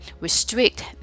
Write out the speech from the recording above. restrict